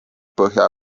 põhja